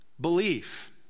Belief